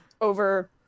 over